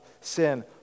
sin